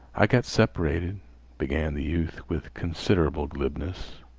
i got separated began the youth with considerable glibness.